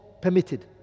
permitted